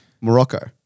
Morocco